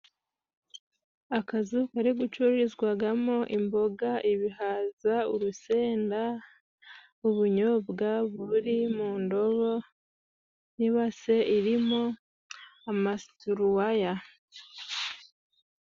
Akazu kari gucururizwagamo: imboga, ibihaza, urusenda ,ubunyobwa buri mu ndobo n'ibase irimo amasituruwaya.